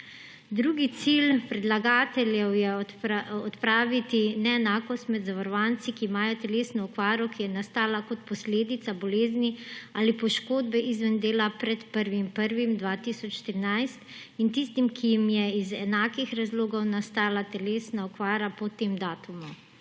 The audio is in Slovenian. Drugi cilj predlagateljev je odpraviti neenakost med zavarovanci, ki imajo telesno okvaro, ki je nastala kot posledica bolezni ali poškodbe izven dela pred 1. 1. 2013, in tistimi, ki jim je iz enakih razlogov nastala telesna okvara po tem datumu.